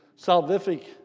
salvific